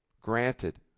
granted